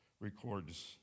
records